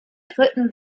dritten